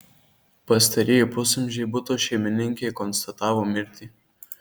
pastarieji pusamžei buto šeimininkei konstatavo mirtį